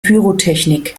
pyrotechnik